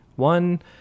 One